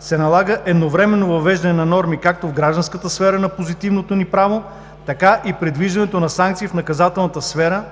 се налага едновременно въвеждане на норми както в гражданската сфера на позитивното ни право, така и предвиждането на санкции в наказателната сфера,